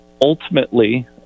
ultimately